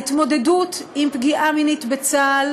ההתמודדות עם פגיעה מינית בצה"ל